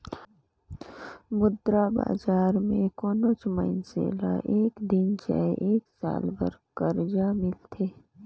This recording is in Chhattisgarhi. मुद्रा बजार में कोनोच मइनसे ल एक दिन चहे एक साल बर करजा मिलथे